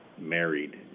married